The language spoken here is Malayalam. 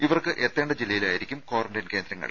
ഇവർക്ക് എത്തേണ്ട ജില്ലയിലായിരിക്കും ക്വാറന്റൈൻ കേന്ദ്രങ്ങൾ